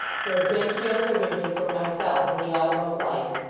for a genteel provision for myself in the autumn of life